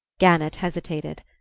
gannett hesitated.